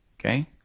Okay